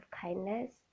kindness